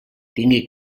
tingui